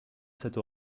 cette